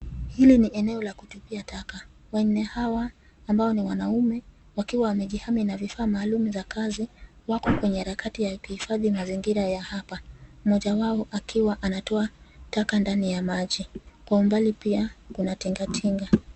Hili ni eneo la kutupia taka. Wanne hawa ambao ni wanaume wakiwa wamejihami na vifaa maalum vya kazi wako kwenye harakati ya kuhifadhi mazingira hapa. Mmoja wao akiwa anatoa taka ndani ya maji. Kwa umbali pia kuna tingatinga.